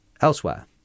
Elsewhere